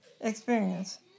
experience